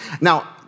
Now